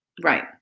right